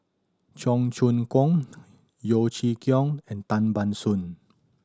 Cheong Choong Kong Yeo Chee Kiong and Tan Ban Soon